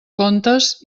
comptes